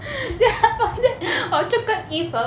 then unfortunately 我就跟 eve 和